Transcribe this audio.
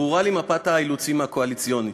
ברורה לי מפת האילוצים הקואליציונית.